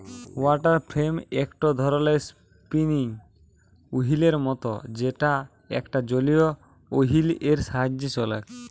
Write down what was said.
water frame একটো ধরণের spinning ওহীলের মত যেটা একটা জলীয় ওহীল এর সাহায্যে চলেক